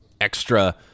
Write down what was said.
extra –